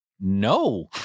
no